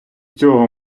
цього